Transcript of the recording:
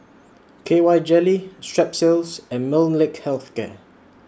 K Y Jelly Strepsils and Molnylcke Health Care